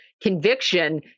conviction